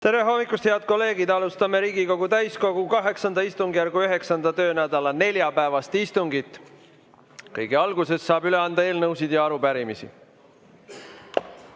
Tere hommikust, head kolleegid! Alustame Riigikogu täiskogu VIII istungjärgu 9. töönädala neljapäevast istungit. Kõige alguses saab üle anda eelnõusid ja arupärimisi.